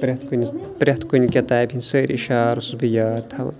پرٛٮ۪تھ کُنہِ پرٛٮ۪تھ کُنہِ کِتابہِ ہِنٛدۍ سٲری شعر اوسُس بہٕ یاد تھاوان